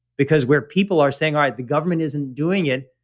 because where people are saying, alright, the government isn't doing it.